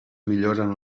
milloren